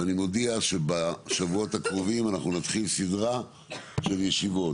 ואני מודעי שבשבועות הקרובים אנחנו נתחיל סידרה של ישיבות,